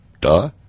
Duh